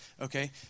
okay